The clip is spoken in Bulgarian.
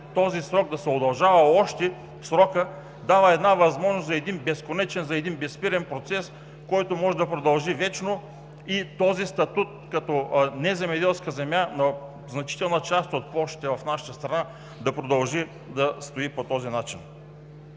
този срок да се удължава още срокът, дава възможност за един безконечен, за един безспирен процес, който може да продължи вечно и този статут като неземеделска земя на значителна част от площите в нашата страна да продължи да стои по този начин.